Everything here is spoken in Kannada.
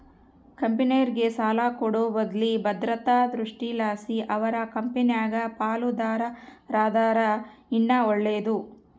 ಕಂಪೆನೇರ್ಗೆ ಸಾಲ ಕೊಡೋ ಬದ್ಲು ಭದ್ರತಾ ದೃಷ್ಟಿಲಾಸಿ ಅವರ ಕಂಪೆನಾಗ ಪಾಲುದಾರರಾದರ ಇನ್ನ ಒಳ್ಳೇದು